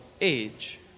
age